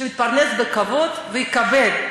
שיתפרנס בכבוד ויקבל,